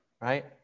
Right